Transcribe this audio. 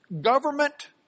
Government